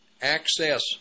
access